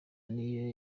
niyo